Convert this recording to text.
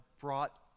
brought